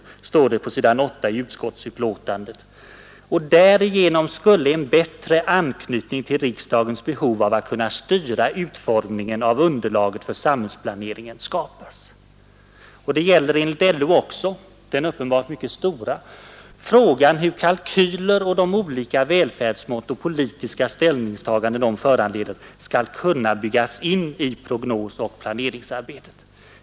LO:s syn summeras på s. 8 i utskottsbetänkandet: ”Därigenom skulle en bättre anknytning till riksdagens behov av att kunna styra utformningen av underlaget för samhällsplaneringen skapas.” Det gäller enligt LO den uppenbart mycket stora frågan ”hur dessa kalkyler och de olika välfärdsmått och politiska ställningstagande de föranleder skall kunna byggas in i prognosoch planeringsarbetet”.